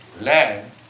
land